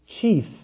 Chief